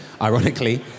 ironically